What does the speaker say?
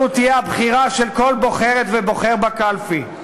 זו תהיה הבחירה של כל בוחרת ובוחר בקלפי.